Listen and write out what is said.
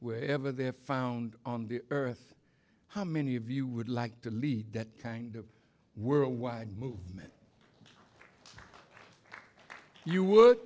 wherever they're found on the earth how many of you would like to lead that kind of worldwide movement you would